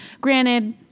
Granted